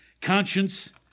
Conscience